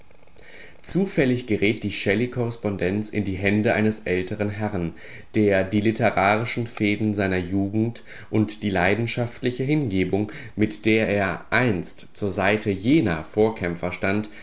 zufällig gerät die shelley korrespondenz in die hände eines älteren herrn der die literarischen fehden seiner jugend und die leidenschaftliche hingebung mit der er einst zur seite jener vorkämpfer stand